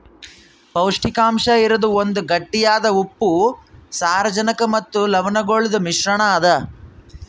ಪೌಷ್ಟಿಕಾಂಶ ಇರದ್ ಒಂದ್ ಗಟ್ಟಿಯಾದ ಉಪ್ಪು, ಸಾರಜನಕ ಮತ್ತ ಲವಣಗೊಳ್ದು ಮಿಶ್ರಣ ಅದಾ